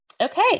Okay